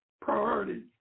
priorities